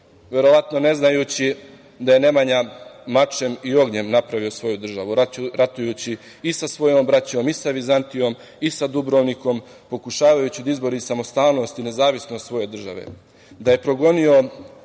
verovatno ne znajući da je Nemanja mačem i ognjem napravio svoju državu, ratujući i sa svojom braćom i sa Vizantijom i sa Dubrovnikom, pokušavajući da izbori samostalnost i nezavisnost svoje države, da je progonio